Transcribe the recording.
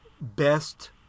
best